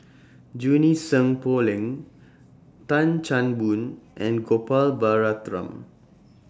Junie Sng Poh Leng Tan Chan Boon and Gopal Baratham